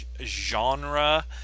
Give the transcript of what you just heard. genre